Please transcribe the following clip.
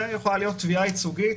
ויכולה להיות תביעה ייצוגית